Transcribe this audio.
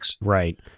Right